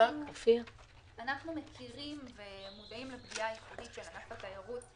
אנחנו מודעים לפגיעה הייחודית של ענף התיירות.